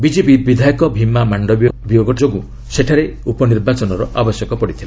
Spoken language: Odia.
ବିଜେପି ବିଧାୟକ ଭୀମା ମାଣ୍ଡବୀଙ୍କ ବିୟୋଗ ଯୋଗୁଁ ସେଠାରେ ଉପନିର୍ବାଚନର ଆବଶ୍ୟକ ପଡିଥିଲା